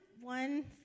one